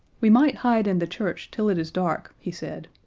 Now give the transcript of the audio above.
we might hide in the church till it is dark, he said,